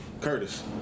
Curtis